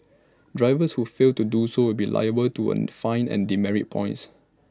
drivers who fail to do so will be liable to an fine and demerit points